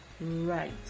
Right